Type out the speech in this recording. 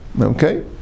Okay